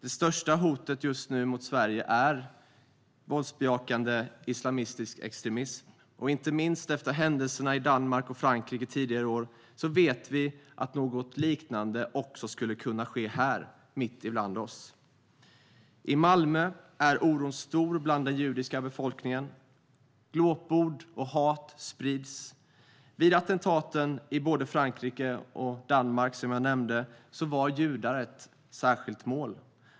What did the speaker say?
Det största hotet just nu mot Sverige är våldsbejakande islamistisk extremism. Inte minst efter händelserna i Danmark och Frankrike tidigare i år vet vi att något liknande också skulle kunna ske här mitt ibland oss. I Malmö är oron stor bland den judiska befolkningen. Glåpord och hat sprids. Vid attentaten i både Frankrike och Danmark var judar ett särskilt mål.